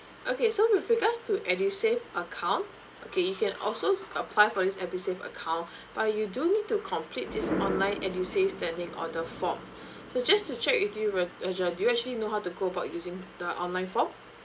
okay so with regards to edusave account okay you can also apply for this edusave account but you do need to complete this online edusave standing order forrm so just to check with you fa~ fajar do you actually know how to go about using the online form